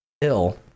ill